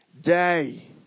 day